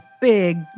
big